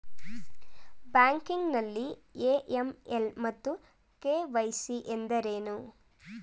Banking ನಲ್ಲಿ AML ಮತ್ತು KYC ಎಂದರೇನು?